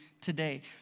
today